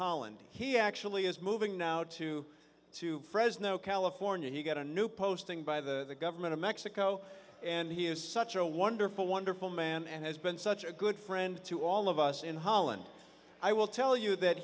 holland he actually is moving now to to fresno california he got a new posting by the government of mexico and he is such a wonderful wonderful man and has been such a good friend to all of us in holland i will tell you that